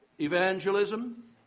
evangelism